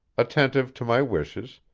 attentive to my wishes,